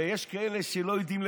ויש כאלה שלא יודעים,